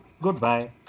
goodbye